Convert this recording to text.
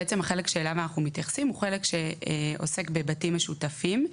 החלק שאליו אנחנו מתייחסים הוא חלק שעוסק בבתים משותפים,